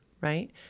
Right